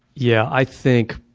yeah, i think